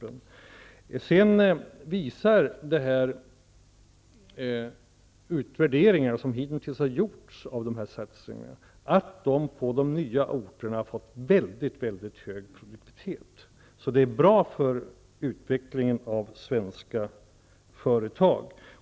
Den utvärdering som hittills har gjorts av dessa satsningar visar att de har fått mycket hög prioritet på de nya orterna, och det är bra för utvecklingen av svenska företag.